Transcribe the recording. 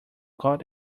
got